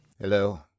Hello